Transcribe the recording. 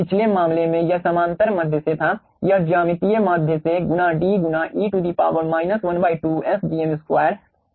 पिछले मामले में वह समांतर माध्य से था यह ज्यामितीय माध्य से गुना d गुना e to the power 1 2Sgm2 2 होता है